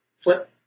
Flip